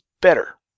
better